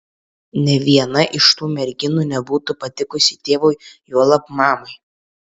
nė viena iš tų merginų nebūtų patikusi tėvui juolab mamai